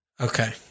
Okay